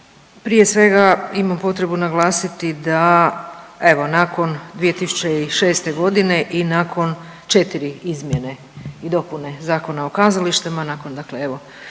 prije svega imam potrebu naglasiti da evo nakon 2006.g. i nakon 4 izmjene i dopune Zakona o kazalištima, nakon dakle evo